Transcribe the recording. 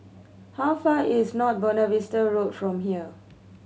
how far is North Buona Vista Road from here